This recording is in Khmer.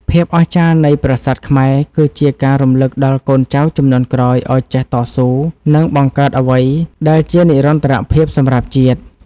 ភាពអស្ចារ្យនៃប្រាសាទខ្មែរគឺជាការរំឮកដល់កូនចៅជំនាន់ក្រោយឱ្យចេះតស៊ូ និង បង្កើតអ្វីដែលជានិរន្តរភាពសម្រាប់ជាតិ។